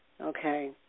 okay